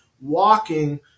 walking